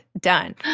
done